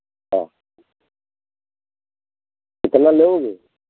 हाँ कितना लेंगे